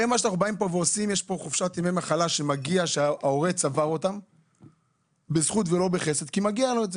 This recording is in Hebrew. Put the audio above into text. יש פה ימי מחלה שההורה צבר בזכות ולא בחסד והם מגיעים לו.